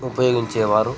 ఉపయోగించేవారు